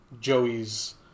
Joey's